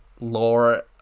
lore